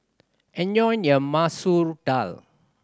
enjoy your Masoor Dal